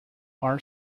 are